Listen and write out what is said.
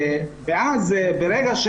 אני עוד רוצה להוסיף ולומר שבמסגרת